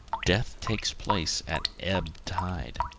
death takes place at ebb tide.